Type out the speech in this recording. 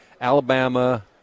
Alabama